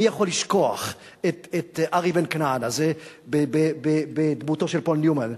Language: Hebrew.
מי יכול לשכוח את ארי בן-כנען הזה בדמותו של פול ניומן?